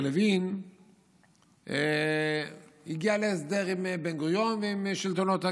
לוין הגיע להסדר עם בן-גוריון ועם שלטונות הגיוס.